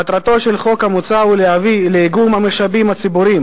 מטרתו של החוק המוצע היא להביא לאיגום המשאבים הציבוריים